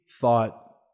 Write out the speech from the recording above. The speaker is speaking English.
thought